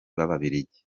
b’ababiligi